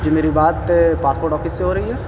جی میری بات passport office سے ہو رہی ہے